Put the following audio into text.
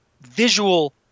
visual